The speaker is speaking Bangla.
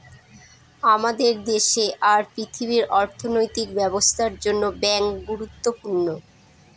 আমাদের দেশে আর পৃথিবীর অর্থনৈতিক ব্যবস্থার জন্য ব্যাঙ্ক গুরুত্বপূর্ণ